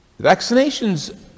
Vaccinations